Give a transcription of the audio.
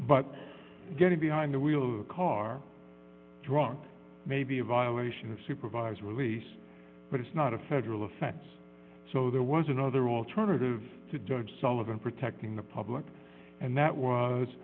but getting behind the wheel car drunk may be a violation of supervised release but it's not a federal offense so there was another alternative to judge sullivan protecting the public and that was